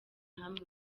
hamwe